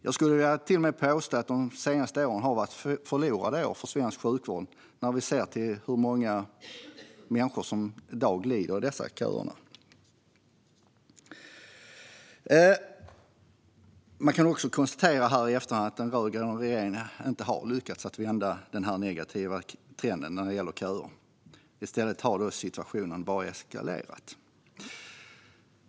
Jag skulle till och med vilja påstå att de senaste åren har varit förlorade år för svensk sjukvård när vi ser hur många människor som i dag lider i dessa köer. Jag kan också i efterhand konstatera att den rödgröna regeringen inte har lyckats vända denna negativa trend när det gäller köer. I stället har situationen bara eskalerat.